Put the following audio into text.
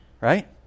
right